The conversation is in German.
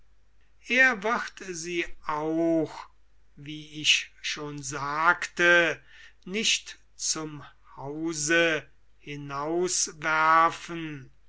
er wird sie auch wie ich schon sagte nicht zum hause